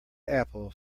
apple